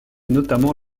notamment